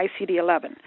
ICD-11